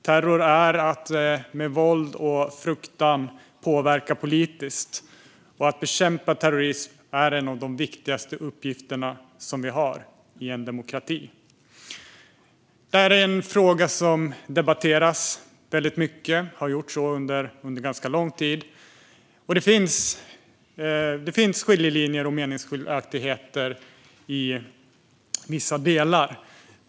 Terror är att med våld och fruktan påverka politiskt, och att bekämpa terrorism är en av de viktigaste uppgifter vi har i en demokrati. Detta är en fråga som debatteras mycket och som har debatterats under ganska lång tid. Det finns skiljelinjer och meningsskiljaktigheter i vissa delar.